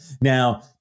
now